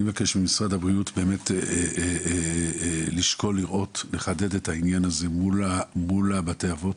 אני מבקש ממשרד הבריאות לשקול לחדד את העניין הזה מול בתי האבות.